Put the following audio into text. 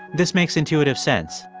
this makes intuitive sense.